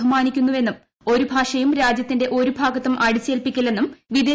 ബഹുമാനിക്കുന്നുവെന്നും ഒരു ഭാഷയും രാജ്യത്തിന്റെ ഒരുഭാഗത്തും അടിച്ചേൽപ്പിക്കില്ലെന്നും വിദേശകാര്യമന്ത്രി എസ്